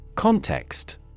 Context